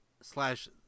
slash